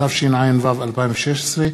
התשע"ו 2016,